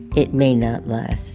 it may not last